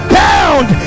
bound